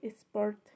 sport